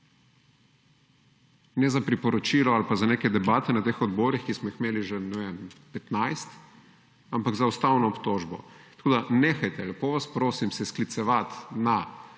ne za priporočilo ali pa za neke debate na teh odborih, ki smo jih imeli že ne vem 15, ampak za ustavno obtožbo. Tako, da nehajte lepo vas prosim se sklicevati na